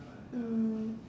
mm